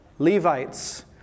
levites